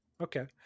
okay